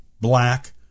black